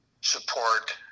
support